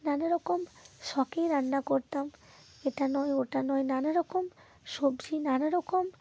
নানা রকম শখেই রান্না করতাম এটা নয় ওটা নয় নানা রকম সবজি নানা রকম